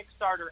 Kickstarter